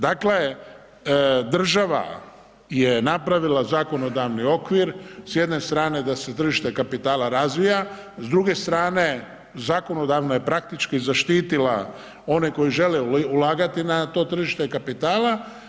Dakle, država je napravila zakonodavni okvir s jedne strane da se tržište kapitala razvija, s druge strane zakonodavno je praktički zaštitila one koji žele ulagati na to tržište kapitala.